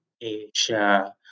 Asia